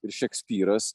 ir šekspyras